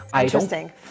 Interesting